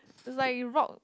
just like it rock